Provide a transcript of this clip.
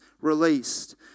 released